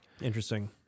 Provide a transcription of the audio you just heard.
Interesting